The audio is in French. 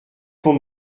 qu’on